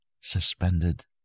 suspended